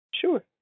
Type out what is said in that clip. Sure